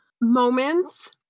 moments